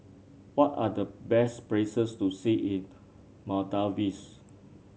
what are the best places to see in Maldives